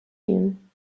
ihn